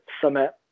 summit